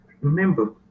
Remember